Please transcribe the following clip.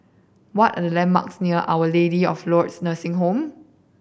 what are the landmarks near Our Lady of Lourdes Nursing Home